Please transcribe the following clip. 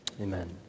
Amen